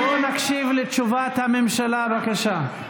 בואו נקשיב לתשובת הממשלה, בבקשה.